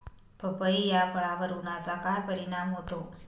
पपई या फळावर उन्हाचा काय परिणाम होतो?